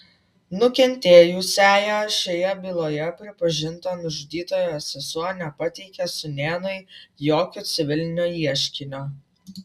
nukentėjusiąja šioje byloje pripažinta nužudytojo sesuo nepateikė sūnėnui jokio civilinio ieškinio